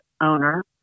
owner